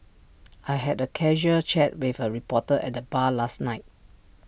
I had A casual chat with A reporter at the bar last night